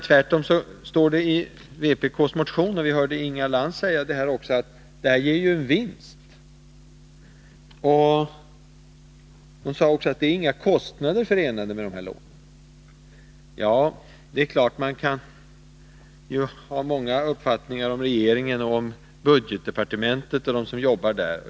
Tvärtom står det i vpk:s motion — och vi hörde Inga Lantz säga det också — att det här ger en vinst. Hon sade även att det inte är några kostnader förenade med de här lånen. Det är klart att man kan ha många uppfattningar om regeringen och om budgetdepartementet och om dem som jobbar där.